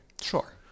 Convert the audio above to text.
Sure